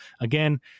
again